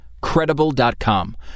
Credible.com